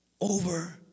over